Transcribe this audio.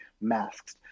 masked